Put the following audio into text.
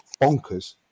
bonkers